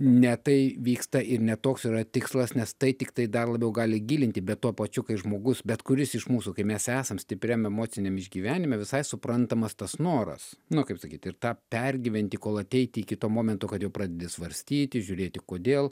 ne tai vyksta ir ne toks yra tikslas nes tai tiktai dar labiau gali gilinti bet tuo pačiu kai žmogus bet kuris iš mūsų kai mes esam stipriam emociniam išgyvenime visai suprantamas tas noras nu kaip sakyt ir tą pergyventi kol ateiti iki to momento kad jau pradedi svarstyti žiūrėti kodėl